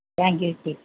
thank you D